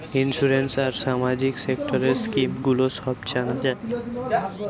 insurance আর সামাজিক সেক্টরের স্কিম গুলো সব জানা যায়